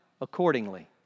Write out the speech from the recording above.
accordingly